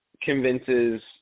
convinces